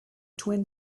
twin